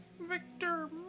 Victor